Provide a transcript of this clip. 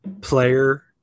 player